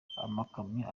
amakamyo